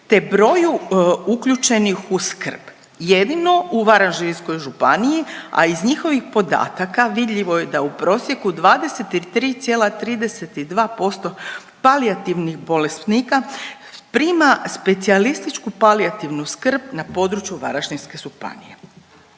te broju uključenih u skrb. Jedino u Varaždinskoj županiji, a iz njihovih podataka vidljivo je da u prosjeku 23,32% palijativnih bolesnika prima specijalističku palijativnu skrb na području Varaždinske županije.